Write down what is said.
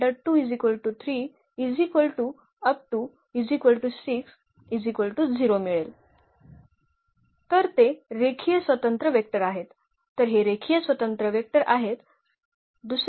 तर ते रेखीय स्वतंत्र वेक्टर आहेत तर हे रेखीय स्वतंत्र वेक्टर आहेत